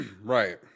Right